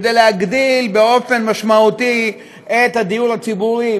כדי להגדיל באופן משמעותי את הדיור הציבורי,